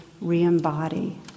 re-embody